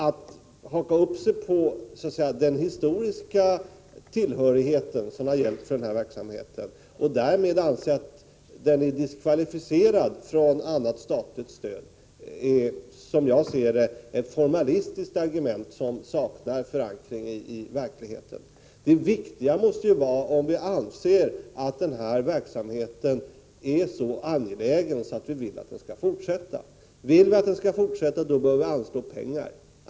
Att haka upp sig på låt mig säga den historiska tillhörighet som har gällt för verksamheten och därför anse att den är diskvalificerad från annat statligt stöd är, som jag ser det, ett formalistiskt argument, som saknar förankring i verkligheten. Det viktiga måste ju vara om vi anser att den här verksamheten är så angelägen att vi vill att den skall fortsätta. Vill vi att den skall fortsätta, då bör vi anslå pengar.